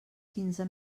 quinze